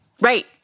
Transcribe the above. right